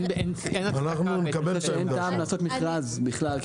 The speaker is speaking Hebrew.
אנחנו נקבל את העמדה של רשות התחרות.